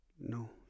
no